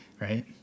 right